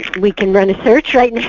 we can run a search right now,